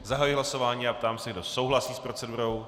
Zahajuji hlasování a ptám se, kdo souhlasí s procedurou.